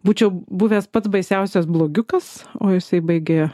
būčiau buvęs pats baisiausias blogiukas o jisai baigė